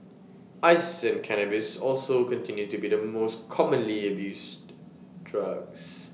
ice and cannabis also continue to be the most commonly abused drugs